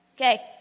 Okay